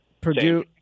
Purdue